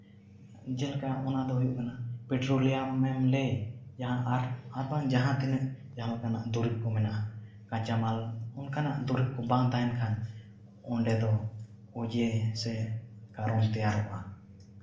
ᱡᱮᱞᱮᱠᱟ ᱚᱱᱟ ᱫᱚ ᱦᱩᱭᱩᱜ ᱠᱟᱱᱟ ᱯᱮᱴᱨᱳᱞᱮᱭᱟᱢᱮᱢ ᱞᱟᱹᱭ ᱡᱟᱦᱟᱸ ᱟᱨᱵᱟᱝ ᱡᱟᱦᱟᱸ ᱞᱮᱠᱟᱱᱟ ᱫᱚᱨᱤᱵᱽ ᱠᱚ ᱢᱮᱱᱟᱜᱼᱟ ᱠᱟᱸᱪᱟ ᱢᱟᱞ ᱚᱱᱠᱟᱱᱟᱜ ᱫᱩᱨᱤᱵᱽ ᱠᱚ ᱵᱟᱝ ᱛᱟᱦᱮᱱ ᱠᱷᱟᱱ ᱚᱸᱰᱮ ᱫᱚ ᱚᱡᱮ ᱥᱮ ᱠᱟᱨᱚᱱ ᱛᱮᱭᱟᱨᱚᱜᱼᱟ